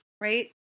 right